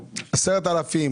10,000,